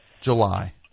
July